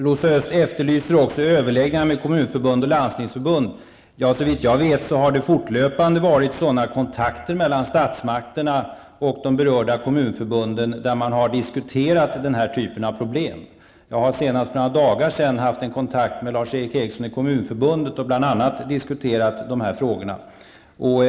Rosa Östh efterlyser också överläggningar med kommunförbund och landstingsförbund. Såvitt jag vet har det fortlöpande förekommit sådana kontakter mellan statsmakterna och de berörda förbunden, där man har diskuterat den här typen av problem. Jag har senast för några dagar sedan haft kontakt med Lars Eric Ericsson i Kommunförbundet och bl.a. diskuterat de här frågorna.